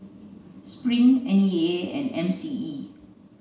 Spring N E A and M C E